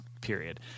period